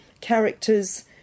characters